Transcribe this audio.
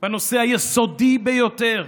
בנושא היסודי ביותר,